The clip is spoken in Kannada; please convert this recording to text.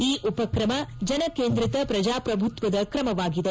ಈ ಉಪಕ್ರಮ ಜನಕೇಂದ್ರಿತ ಪ್ರಜಾಪ್ರಭುತ್ವದ ಕ್ರಮವಾಗಿದೆ